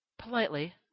politely